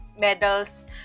medals